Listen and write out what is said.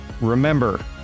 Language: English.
remember